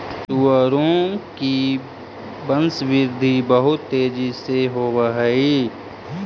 सुअरों की वंशवृद्धि बहुत तेजी से होव हई